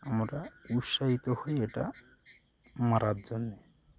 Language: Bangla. আমরা উৎসাহিত হই এটা মারার জন্যে